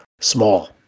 small